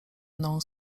mną